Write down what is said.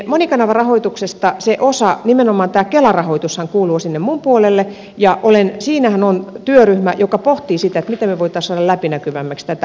monikanavarahoituksesta nimenomaan tämä kela rahoitushan kuuluu sinne minun puolelle ja siinähän on työryhmä joka pohtii sitä miten me voisimme saada läpinäkyvämmäksi tätä